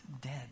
dead